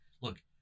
Look